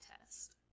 test